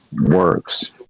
works